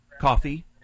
Coffee